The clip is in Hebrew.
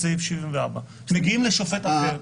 את סעיף 74. שמגיעים לשופט אחר.